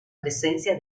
presencia